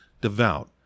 devout